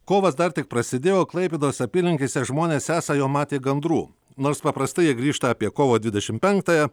kovas dar tik prasidėjo klaipėdos apylinkėse žmonės esą jau matė gandrų nors paprastai jie grįžta apie kovo dvidešim penktąją